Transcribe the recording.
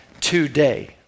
today